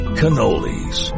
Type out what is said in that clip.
cannolis